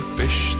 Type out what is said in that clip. fish